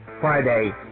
Friday